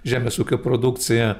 žemės ūkio produkcija